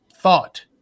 thought